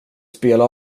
spela